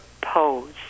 pose